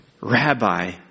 Rabbi